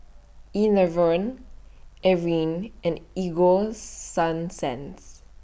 Enervon Avene and Ego Sunsense